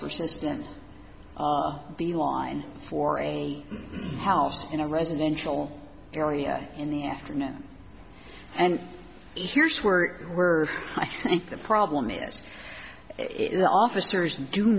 persistent beeline for a house in a residential area in the afternoon and here's where we're i think the problem is if the officers do